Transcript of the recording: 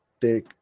Take